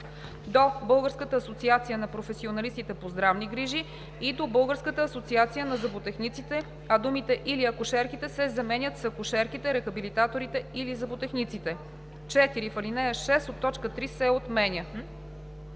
„до Българската асоциация на професионалистите по здравни грижи и до Българската асоциация на зъботехниците“, а думите „или акушерките“ се заменят с „акушерките, рехабилитаторите или зъботехниците.“ 4. В ал. 6 т. 3 се отменя.“